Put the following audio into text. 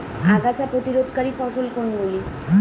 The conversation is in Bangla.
আগাছা প্রতিরোধকারী ফসল কোনগুলি?